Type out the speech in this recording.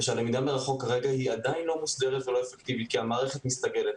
והלמידה מרחוק כרגע עדיין לא מוסדרת ולא אפקטיבית כי המערכת מסתגלת,